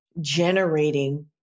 generating